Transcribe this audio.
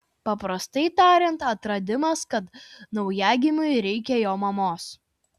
paprastai tariant atradimas kad naujagimiui reikia jo mamos